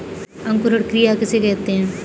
अंकुरण क्रिया किसे कहते हैं?